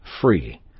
free